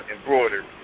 embroidered